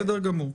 בסדר גמור.